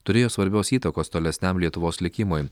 turėjo svarbios įtakos tolesniam lietuvos likimui